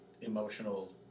emotional